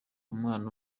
umwana